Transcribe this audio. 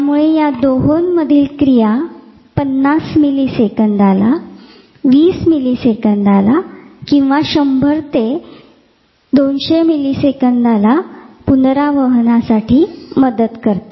त्यामुळे या दोहोमधील प्रतिक्रिया 50मिलीसेकंदाला 120 मिलीसेकंदाला किंवा 100 ते 200 मिलीसेकंदाला पृनरावहनासाठी मदत करते